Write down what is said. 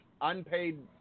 unpaid